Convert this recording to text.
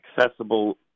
accessible